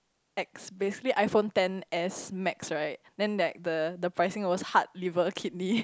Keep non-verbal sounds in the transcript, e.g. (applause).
X basically iPhone ten as max right then that the the pricing was heart liver (breath) kidney